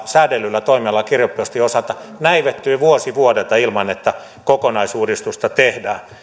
säädellyllä toimialalla kirjepostin osalta näivettyy vuosi vuodelta ilman että kokonaisuudistusta tehdään